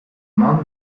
man